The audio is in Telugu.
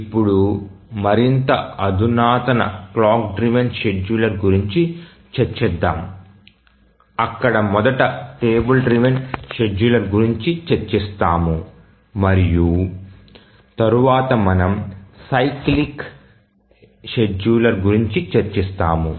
ఇప్పుడు మరింత అధునాతన క్లాక్ డ్రివెన్ షెడ్యూలర్ గురించి చర్చిద్దాం అక్కడ మొదట టేబుల్ డ్రివెన్ షెడ్యూలర్ గురించి చర్చిస్తాము మరియు తరువాత మనము సైక్లిక్ షెడ్యూలర్ గురించి చర్చిస్తాము